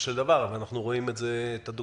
של דבר - אנחנו רואים את הדוגמאות,